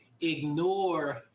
ignore